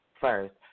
first